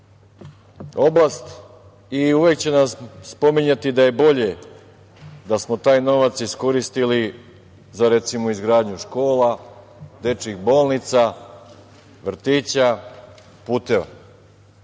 oblast i uvek će spominjati da je bolje da smo taj novac iskoristili za recimo izgradnju škola, dečijih bolnica, vrtića,